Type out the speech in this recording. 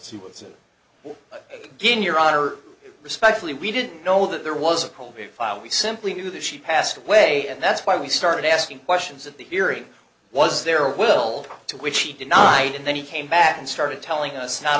begin your honor respectfully we didn't know that there was a colby file we simply knew that she passed away and that's why we started asking questions of the hearing was there a will to which he denied and then he came back and started telling us not